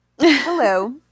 Hello